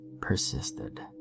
persisted